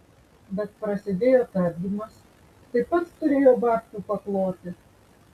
bet prasidėjo tardymas tai pats turėjo babkių pakloti